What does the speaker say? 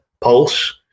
pulse